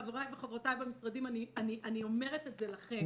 חבריי וחברותיי במשרדים אני אומרת את זה לכם,